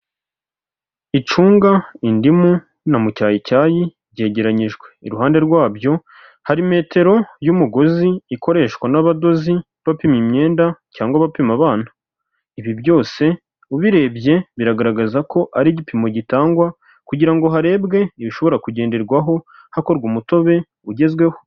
Icunga, indimu na mu cyayi cyayi byegeranyijwe, iruhande rwabyo hari metero y'umugozi ikoreshwa n'abadozi bapima imyenda cyangwa bapima abana. Ibi byose ubirebye biragaragaza ko ari igipimo gitangwa kugira ngo harebwe ibishobora kugenderwaho, hakorwa umutobe ugezweho.